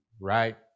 right